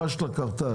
הפשלה קרתה.